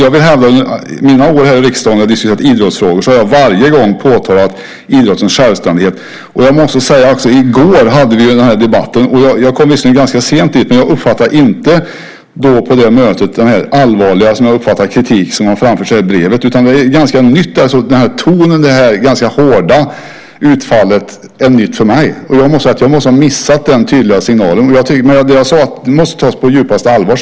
Jag vill dock hävda att jag varje gång vi har diskuterat idrottsfrågor under mina år här i riksdagen har påtalat idrottens självständighet. Jag måste också säga något om den här debatten vi hade i går. Jag kom visserligen ganska sent, men jag uppfattade inte på detta möte den allvarliga kritik, som jag uppfattar det, som framförs i det här brevet. Den här tonen och det ganska hårda utfallet är någonting nytt för mig. Jag måste ha missat den tydliga signalen. Självklart måste detta, som jag sade, tas på djupaste allvar.